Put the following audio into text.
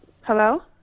Hello